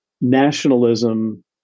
nationalism